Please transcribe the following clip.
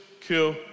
kill